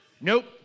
Nope